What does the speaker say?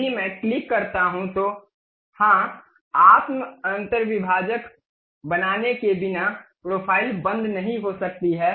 यदि मैं क्लिक करता हूँ तो हाँ आत्म अन्तर्विभाजक बनाने के बिना प्रोफ़ाइल बंद नहीं हो सकती है